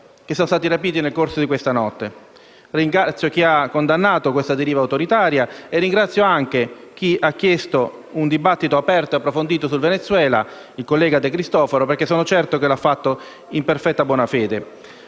che sono stati rapiti nel corso di questa notte. Ringrazio chi ha condannato questa deriva autoritaria e ringrazio anche chi ha chiesto un dibattito aperto e approfondito sul Venezuela, come il collega De Cristofaro, perché sono certo che lo ha fatto in perfetta buona fede.